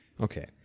Okay